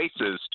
racist